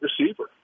receiver